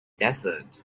desert